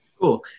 Cool